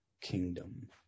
kingdom